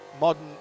modern